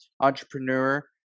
entrepreneur